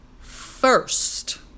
first